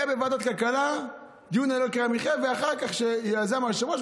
היה בוועדת הכלכלה דיון על יוקר המחיה שיזם היושב-ראש,